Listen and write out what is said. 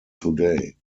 today